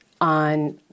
on